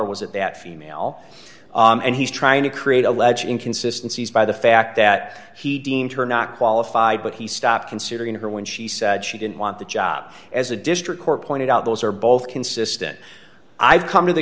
or was it that female and he's trying to create a legend consistencies by the fact that he deemed her not qualified but he stopped considering her when she said she didn't want the job as a district court pointed out those are both consistent i've come to the